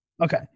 Okay